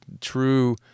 true